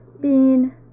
Bean